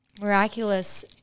miraculous